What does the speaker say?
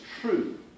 true